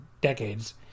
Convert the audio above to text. decades